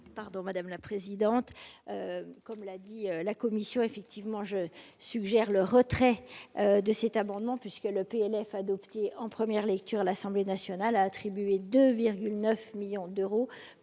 Pardon, madame la présidente, comme l'a dit la Commission, effectivement, je suggère le retrait de cet amendement, puisque le PLF adopté en première lecture à l'Assemblée nationale a attribué 2 9 millions d'euros